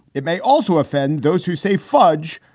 it may also offend those who say fudge.